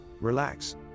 relax